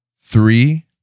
three